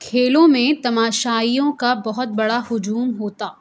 کھیلوں میں تماشائیوں کا بہت بڑا ہجوم ہوتا